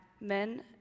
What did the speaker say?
men